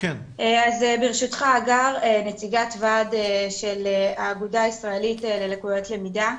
אני נציגת ועד של האגודה הישראלית ללקויות למידה.